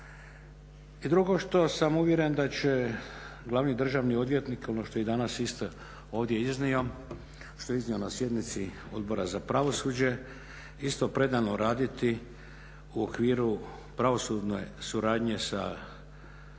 I drugo što sam uvjeren da će glavni državni odvjetnik, ono što je i danas isto ovdje iznio, što je iznio na sjednici Odbora za pravosuđe, isto predano raditi u okviru pravosudne suradnje sa državnim